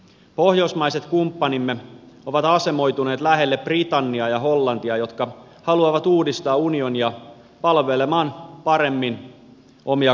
pohjoismaiset kumppanimme ovat asemoituneet lähelle britanniaa ja hollantia jotka haluavat uudistaa unionia palvelemaan paremmin omia kansalaisiaan